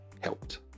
helped